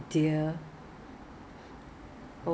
because what I heard right it have to be